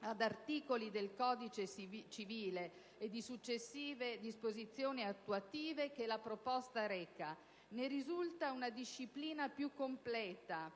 ad articoli del codice civile e di successive disposizioni attuative che la proposta reca. Ne risulta una disciplina più completa